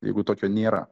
jeigu tokio nėra